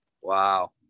Wow